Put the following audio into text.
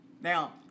Now